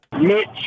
Mitch